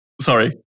Sorry